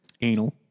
Anal